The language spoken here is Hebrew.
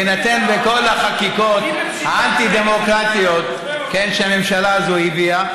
בהינתן בכל החקיקות האנטי-דמוקרטיות שהממשלה הזו הביאה,